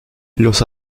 los